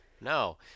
No